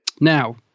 now